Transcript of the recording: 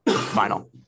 Final